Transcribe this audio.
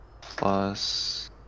plus